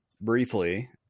briefly